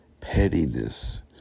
pettiness